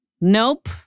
Nope